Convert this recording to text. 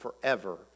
forever